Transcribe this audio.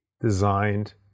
designed